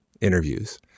interviews